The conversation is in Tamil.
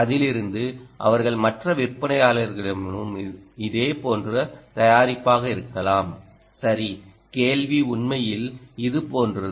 அதிலிருந்து அவர்கள் மற்ற விற்பனையாளர்களிடமிருந்து இதே போன்ற தயாரிப்பாக இருக்கலாம் சரி கேள்வி உண்மையில் இது போன்றது